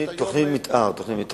תוכנית מיתאר, תוכנית מיתאר.